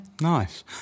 Nice